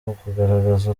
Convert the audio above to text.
ukugaragaza